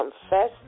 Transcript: confess